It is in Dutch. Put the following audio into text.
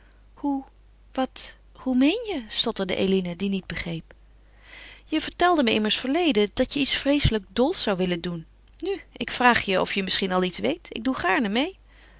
hoe wat hoe meen je stotterde eline die niet begreep je vertelde me immers verleden dat je iets vreeselijk dols zou willen doen nu ik vraag je of je misschien al iets weet ik doe gaarne meê